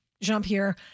Jean-Pierre